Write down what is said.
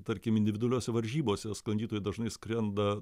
tarkim individualiose varžybose sklandytojai dažnai skrenda